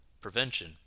prevention